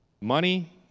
Money